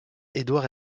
édouard